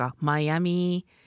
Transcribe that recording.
Miami